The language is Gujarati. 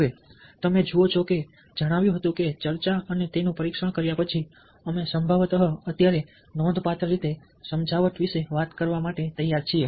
હવે તમે જુઓ છો કે જણાવ્યું હતું કે ચર્ચા અને તેનું પરીક્ષણ કર્યા પછી અમે સંભવતઃ અત્યારે નોંધપાત્ર રીતે સમજાવટ વિશે વાત કરવા માટે તૈયાર છીએ